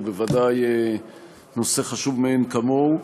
שהוא בוודאי נושא חשוב מאין כמוהו.